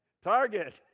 Target